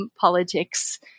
politics